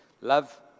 love